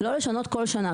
לא לשנות כל שנה.